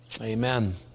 Amen